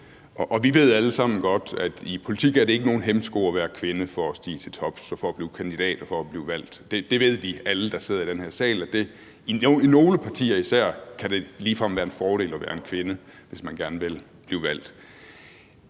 og vi ved alle sammen godt, at det i politik ikke er nogen hæmsko at være kvinde for at stige til tops og for at blive kandidat og for at blive valgt. Det ved alle vi, der sidder i den her sal, og især i nogle partier kan det ligefrem være en fordel at være en kvinde, hvis man gerne vil blive valgt.